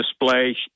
display